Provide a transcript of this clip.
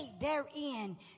therein